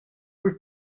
per